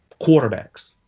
quarterbacks